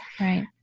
Right